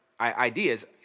ideas